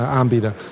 aanbieden